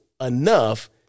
enough